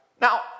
Now